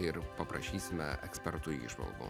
ir paprašysime ekspertų įžvalgų